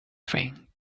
thing